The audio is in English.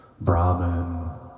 Brahman